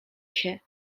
się